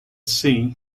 sea